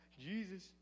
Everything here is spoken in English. Jesus